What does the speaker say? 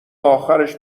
آخرش